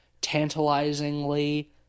tantalizingly